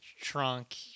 trunk